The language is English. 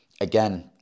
Again